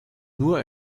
nur